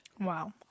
Wow